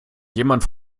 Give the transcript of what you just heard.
jemand